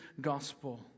gospel